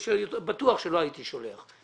בטוח שלא הייתי שולח אותו.